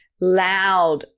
loud